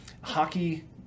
hockey